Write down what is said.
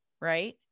right